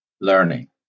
learning